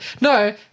No